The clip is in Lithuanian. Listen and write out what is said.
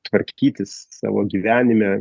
tvarkytis savo gyvenime